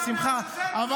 בשמחה.